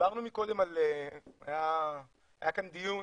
היה כאן דיון